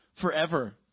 forever